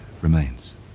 remains